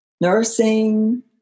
nursing